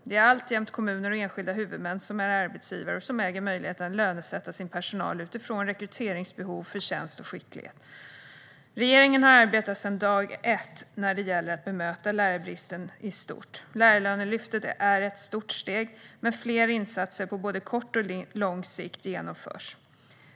Det är alltjämt kommuner och enskilda huvudmän som är arbetsgivare och som äger möjligheten att lönesätta sin personal utifrån rekryteringsbehov, förtjänst och skicklighet. Regeringen har arbetat sedan dag ett när det gäller att möta lärarbristen i stort. Lärarlönelyftet är ett stort steg, men fler insatser på både kort och lång sikt genomförs.